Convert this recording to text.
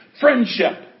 friendship